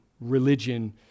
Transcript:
religion